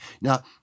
Now